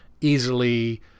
easily